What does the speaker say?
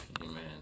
Amen